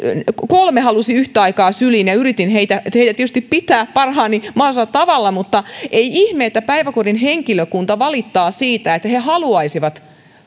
kolme halusi yhtä aikaa syliin ja yritin heitä tietysti pitää parhaalla mahdollisella tavalla ei ihme että päiväkodin henkilökunta valittaa siitä että he he haluaisivat